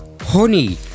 Honey